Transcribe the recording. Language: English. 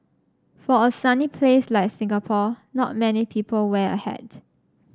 for a sunny place like Singapore not many people wear a hat